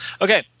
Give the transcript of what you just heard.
Okay